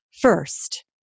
first